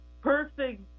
perfect